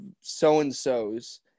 so-and-sos